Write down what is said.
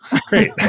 great